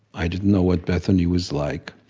i didn't know what bethany was like,